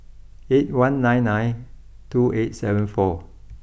eight one nine nine two eight seven four